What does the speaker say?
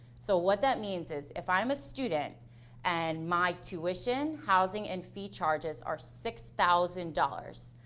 so what that means is, if i am a student and my tuition, housing and fee charges are six thousand dollars,